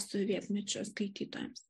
sovietmečio skaitytojams